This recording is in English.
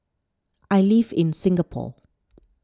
I live in Singapore